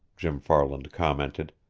jim farland commented.